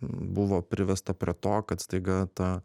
buvo privesta prie to kad staiga ta